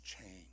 change